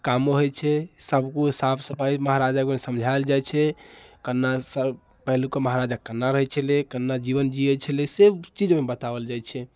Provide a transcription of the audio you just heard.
कामो होइत छै सम्पूर्ण साफ सफाइ महाराजाके समझाएल जाइत छै केना सब पहिलुक कऽ महाराजा केना रहैत छलै केना जीवन जीयैत छलै से चीज ओहिमे बताओल जाइत छै